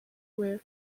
were